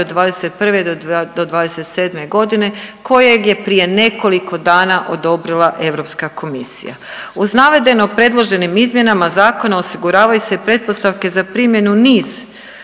od '21. do '27.g. kojeg je prije nekoliko dana odobrila Europska komisija. Uz navedeno predloženim izmjenama zakona osiguravaju se pretpostavke za primjenu niz